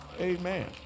Amen